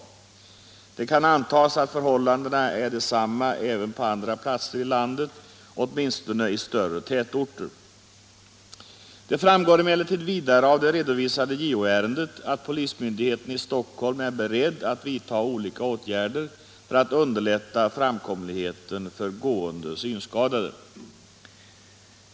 Det kan antas att förhållandena är desamma även på andra platser i landet, åtminstone i större tätorter. Det framgår emellertid vidare av det redovisade JO-ärendet att polismyndigheten i Stockholm är beredd att vidta olika åtgärder för att underlätta framkomligheten för gående synskadade.